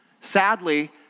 Sadly